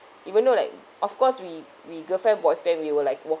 even though like of course we we girlfriend boyfriend we were like